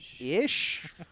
Ish